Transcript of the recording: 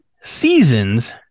seasons